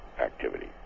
activity